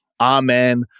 Amen